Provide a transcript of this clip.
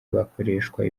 bakoreshwa